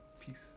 Peace